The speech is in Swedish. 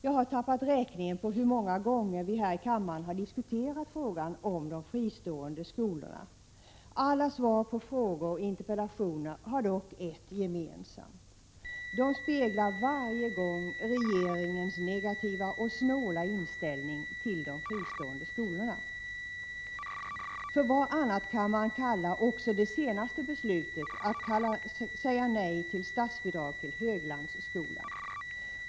Jag har tappat räkningen på hur många gånger vi här i kammaren har diskuterat frågan om de fristående skolorna. Alla svar på frågor och interpellationer har dock ett gemensamt. De speglar varje gång regeringens negativa och snåla inställning till de fristående skolorna. För vad annat kan man kalla också det senaste beslutet att säga nej till statsbidrag till Höglandsskolan?